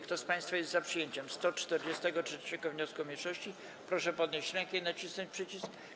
Kto z państwa jest za przyjęciem 149. wniosku mniejszości, proszę podnieść rękę i nacisnąć przycisk.